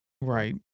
Right